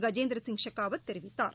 கஜேந்திரசிங் ஷெகாவத் தெரிவித்தார்